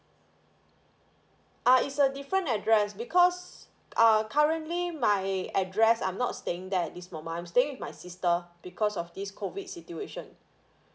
ah is a different address because uh currently my address I'm not staying there at this moment I'm staying with my sister because of this COVID situation